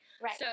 Right